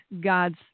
God's